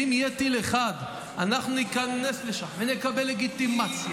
שאם יהיה טיל אחד אנחנו ניכנס לשם ונקבל לגיטימציה,